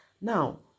Now